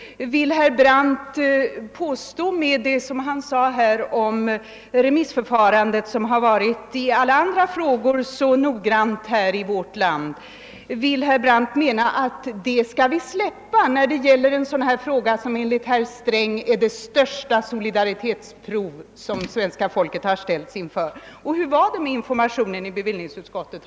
Herr Brandt sade att remissförfarandet i alla andra ärenden var så noggrant. Menar herr Brandt att vi skulle slopa detta förfaringssätt när det gäller ett förslag som enligt herr Sträng är »det största solidaritetsprov som svenska folket har ställts inför»? Och hur var det med informationen i bevillningsutskottet?